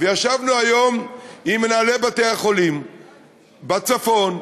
וישבנו היום עם מנהלי בתי-החולים בצפון,